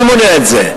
מי מונע את זה?